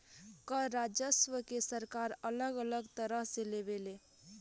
कर राजस्व के सरकार अलग अलग तरह से लेवे ले